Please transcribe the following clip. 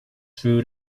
food